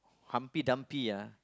Humpty-Dumpty ah